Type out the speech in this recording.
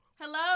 Hello